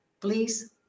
please